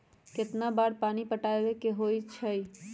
कितना बार पानी पटावे के होई छाई?